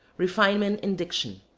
refinement in diction,